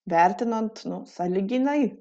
vertinant sąlyginai